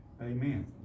Amen